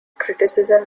criticism